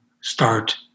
start